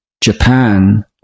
Japan